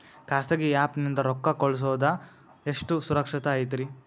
ಖಾಸಗಿ ಆ್ಯಪ್ ನಿಂದ ರೊಕ್ಕ ಕಳ್ಸೋದು ಎಷ್ಟ ಸುರಕ್ಷತಾ ಐತ್ರಿ?